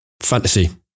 fantasy